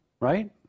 right